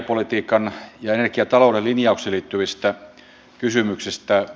minkälaiseen kohderyhmään tämä perustulo kannattaisi kokeilla